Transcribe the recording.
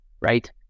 right